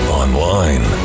online